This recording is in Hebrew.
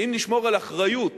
ואם נשמור על אחריות